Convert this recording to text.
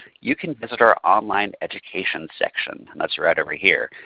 you can visit our online education section and that's right over here.